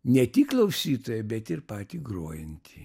ne tik klausytoją bet ir patį grojantį